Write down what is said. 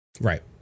Right